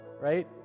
Right